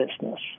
business